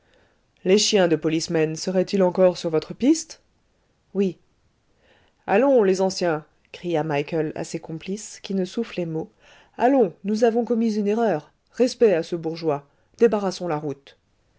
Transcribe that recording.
les chiens de policemen seraient-ils encore sur votre piste oui allons les anciens cria michael à ses complices qui ne soufflaient mot allons nous avons commis une erreur respect à ce bourgeois débarrassons la route